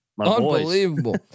unbelievable